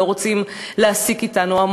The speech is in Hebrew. ולא רוצים להעסיק אותנו.